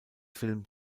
film